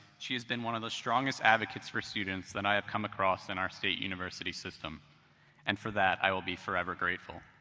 she has been one of the strongest advocates for students that i have come across in our state university system and for that, i will be forever grateful.